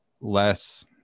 less